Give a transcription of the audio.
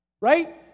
Right